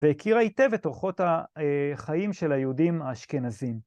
והכירה היטב את אורחות החיים של היהודים האשכנזים.